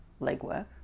legwork